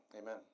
Amen